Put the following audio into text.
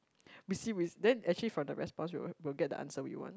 we see we s~ then actually from the response we will we'll get the answer we want